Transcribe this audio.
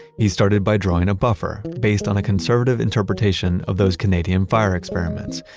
he started by drawing a buffer, based on a conservative interpretation of those canadian fire experiments.